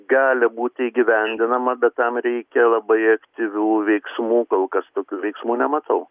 gali būti įgyvendinama bet tam reikia labai aktyvių veiksmų kol kas tokių veiksmų nematau